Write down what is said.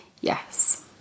Yes